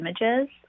images